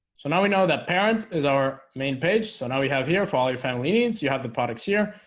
so now we know that parent is our main page. so now we have here for all your family needs you have the products here.